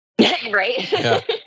Right